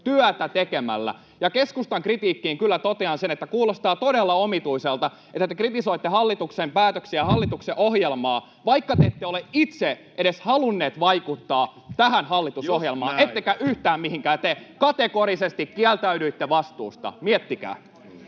työtä tekemällä. Ja keskustan kritiikkiin kyllä totean sen, että kuulostaa todella omituiselta, että te kritisoitte hallituksen päätöksiä, hallituksen ohjelmaa, vaikka te ette ole itse edes halunneet vaikuttaa tähän hallitusohjelmaan ettekä yhtään mihinkään. Te kategorisesti kieltäydyitte vastuusta, miettikää.